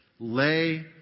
lay